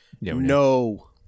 No